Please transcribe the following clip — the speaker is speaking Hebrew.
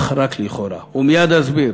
אך רק לכאורה, ומייד אסביר.